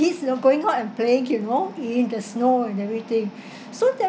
you know going out and play can walk in the snow and everything so that was